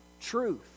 truth